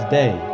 day